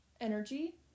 energy